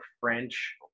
french